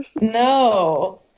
No